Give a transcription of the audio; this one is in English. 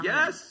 Yes